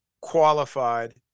qualified